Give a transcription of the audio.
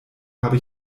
habe